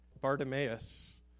Bartimaeus